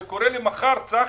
זה קורה לי מחר, צחי.